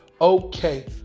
Okay